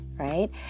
Right